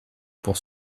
pour